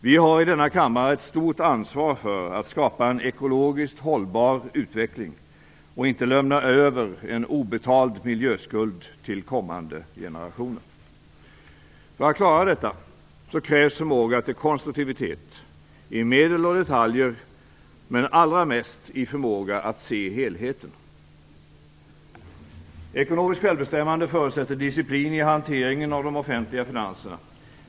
Vi har i denna kammare ett stort ansvar för att skapa en ekologiskt hållbar utveckling och inte lämna över en obetald miljöskuld till kommande generationer. För att klara detta krävs förmåga till konstruktivitet i medel och detaljer, men allra mest förmåga att se helheten. Ekonomiskt självbestämmande förutsätter disciplin i hanteringen av de offentliga finanserna.